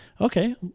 Okay